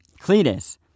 Cletus